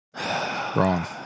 Wrong